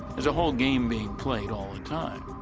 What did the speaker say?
there's a whole game being played all the time.